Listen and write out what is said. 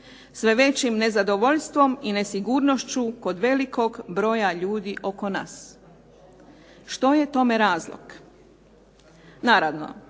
sve većim nezadovoljstvom i nesigurnošću kod velikog broja ljudi oko nas. Što je tome razlog? Naravno,